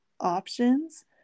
options